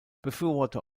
befürworter